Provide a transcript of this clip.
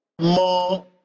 more